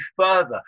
further